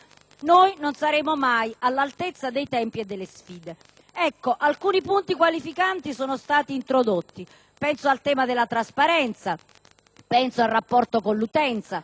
non saremo mai all'altezza dei tempi e delle sfide. Alcuni punti qualificanti sono stati introdotti: penso al tema della trasparenza e al rapporto con l'utenza.